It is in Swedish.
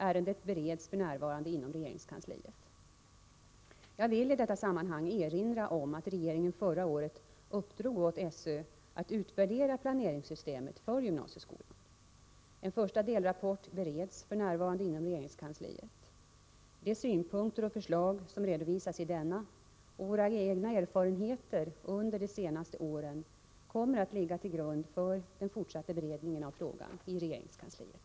Ärendet bereds f.n. inom regeringskansliet. Jag vill i detta sammanhang erinra om att regeringen förra året uppdrog åt SÖ att utvärdera planeringssystemet för gymnasieskolan. En första delrapport bereds f.n. inom regeringskansliet. De synpunkter och förslag som redovisas i denna och våra egna erfarenheter under de senaste åren kommer att ligga till grund för den fortsatta beredningen av frågan inom regeringskansliet.